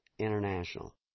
international